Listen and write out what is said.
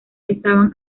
estaban